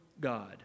God